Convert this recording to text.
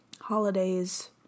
Holidays